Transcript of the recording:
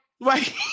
Right